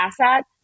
asset